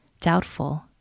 doubtful